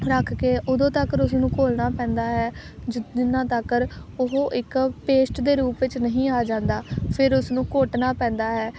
ਰੱਖ ਕੇ ਉਦੋਂ ਤੱਕ ਉਸ ਨੂੰ ਘੋਲਣਾ ਪੈਂਦਾ ਹੈ ਜ ਜਿਨ੍ਹਾਂ ਤੱਕਰ ਉਹ ਇੱਕ ਪੇਸਟ ਦੇ ਰੂਪ ਵਿੱਚ ਨਹੀਂ ਆ ਜਾਂਦਾ ਫਿਰ ਉਸਨੂੰ ਘੋਟਣਾ ਪੈਂਦਾ ਹੈ